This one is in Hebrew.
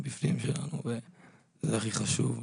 ה"בפנים" שלנו וזה הכי חשוב.